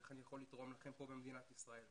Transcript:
איך אני יכול לתרום לכם במדינת ישראל.